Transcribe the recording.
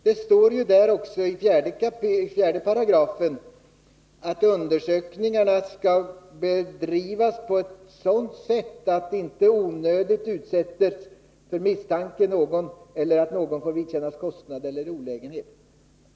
Det står i 4§ att undersökningarna skall bedrivas på ett sådant sätt att inte någon onödigt utsättes för misstanke eller får vidkännas kostnad eller olägenhet.